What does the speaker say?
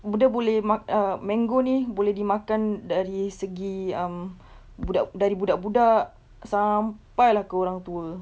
buda~ boleh ma~ uh mango ni boleh dimakan dari segi um budak dari budak budak sampai lah ke orang tua